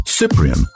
Cyprian